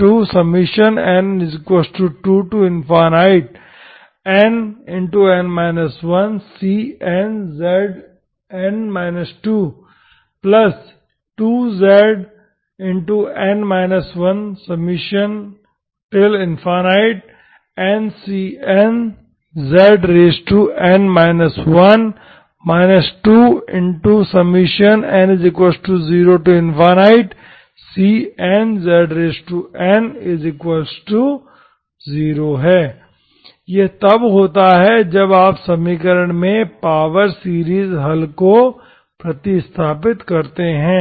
22zn1ncnzn 1 2n0cnzn0 यह तब होता है जब आप समीकरण में पावर सीरीज हल को प्रतिस्थापित करते हैं